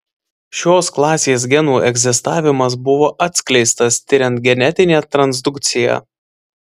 šios klasės genų egzistavimas buvo atskleistas tiriant genetinę transdukciją